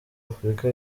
afurika